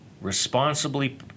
responsibly